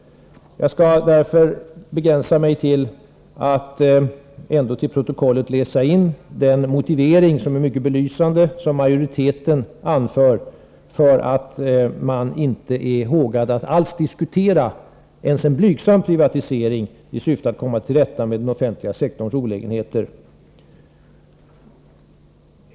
Jag skall därför begränsa mig till att till protokollet läsa in den motivering, som är mycket belysande och som majoriteten anför för att man inte är hågad att alls diskutera ens en blygsam privatisering i syfte att komma till rätta med den offentliga sektorns olägenheter.